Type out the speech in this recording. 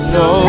no